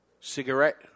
cigarette